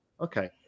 Okay